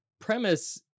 premise